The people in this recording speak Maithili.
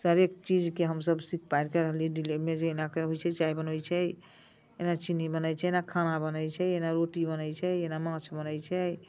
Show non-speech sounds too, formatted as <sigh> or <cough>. हरेक चीजकेँ हमसभ सीख पारि कऽ <unintelligible> मे जेना कहैत छै चाह बनबैत छै एना चीनी बनैत छै एना खाना बनैत छै एना रोटी बनैत छै एना माछ बनैत छै